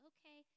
Okay